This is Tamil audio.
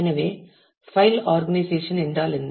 எனவே பைல் ஆர்கனைசேஷன் என்றால் என்ன